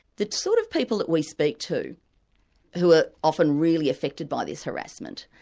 the sort of people that we speak to who are often really affected by this harassment,